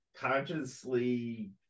consciously